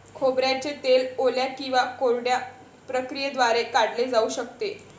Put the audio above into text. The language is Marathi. खोबऱ्याचे तेल ओल्या किंवा कोरड्या प्रक्रियेद्वारे काढले जाऊ शकते